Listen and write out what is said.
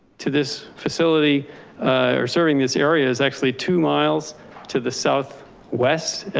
to this facility or serving this area is actually two miles to the south west.